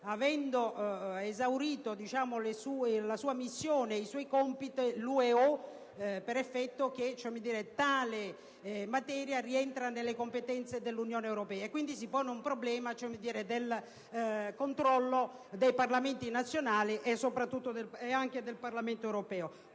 UEO ha esaurito la sua missione ed i suoi compiti; pertanto tale materia rientra nelle competenze dell'Unione europea e quindi si pone il problema del controllo dei Parlamenti nazionali e anche del Parlamento europeo.